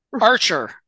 Archer